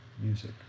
Music